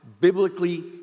biblically